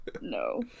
No